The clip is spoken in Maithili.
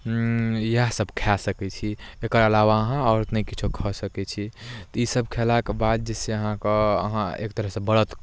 इएहसभ खाए सकै छी एकर अलावा अहाँ आओर नहि किछो खा सकै छी तऽ ईसभ खेलाके बाद जे छै से अहाँके अहाँ एक तरहसँ व्रत